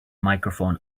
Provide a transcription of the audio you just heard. microphone